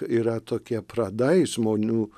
yra tokie pradai žmonių